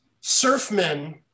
surfmen